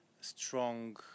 strong